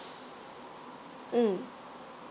mm